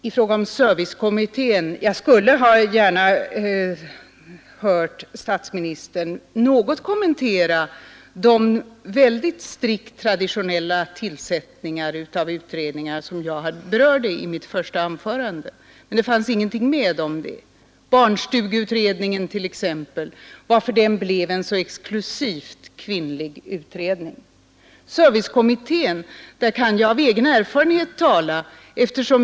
I fråga om servicekommittén skulle jag gärna ha hört statsministern något kommentera de strikt traditionella tillsättningar av utredningar som jag berörde i mitt första anförande. Och varför blev barnstugeutredningen en så exklusivt kvinnlig utredning?